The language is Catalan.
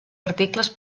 articles